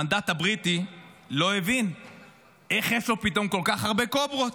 המנדט הבריטי לא הבין איך יש לו פתאום כל כך הרבה קוברות.